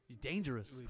dangerous